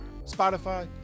Spotify